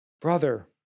brother